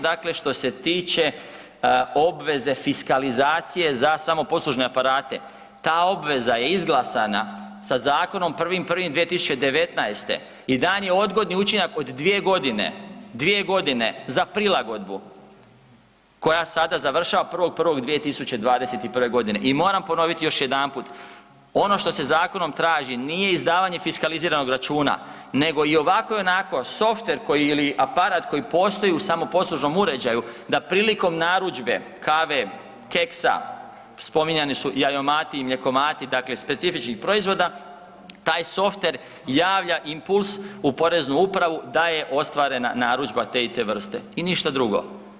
Dakle, što se tiče obveze fiskalizacije za samoposlužne aparate, ta obveza je izglasana sa zakonom 1.1.2019. i dan je odgodni učinak od 2 godine, 2 godine za prilagodbu koja sada završava 1.1.2021. g. i moram ponoviti još jedanput, ono što se zakonom traži, nije izdavanje fiskaliziranog računa, nego i ovako i onako, softver koji, ili aparat koji postoji u samoposlužnom uređaju, da prilikom narudžbe kave, keksa, spominjani su jajomati i mlijekomati, dakle specifičnih proizvoda, taj softver javlja impuls u poreznu upravu da je ostvarena narudžba te i te vrste i ništa drugo.